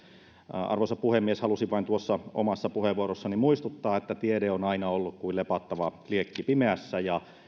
arvoisa puhemies halusin vain tuossa omassa puheenvuorossani muistuttaa että tiede on aina ollut kuin lepattava liekki pimeässä ja